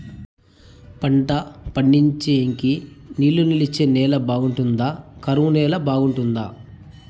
పంట పండించేకి నీళ్లు నిలిచే నేల బాగుంటుందా? కరువు నేల బాగుంటుందా?